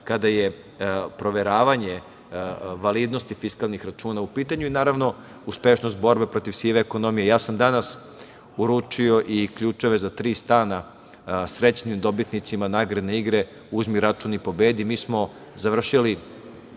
kada je proveravanje validnosti fiskalnih računa u pitanju i, naravno, uspešnost borbe protiv sive ekonomije. Danas sam uručio i ključeve za tri stana srećnim dobitnicima nagradne igre „Uzmi račun i pobedi“. Mi smo završili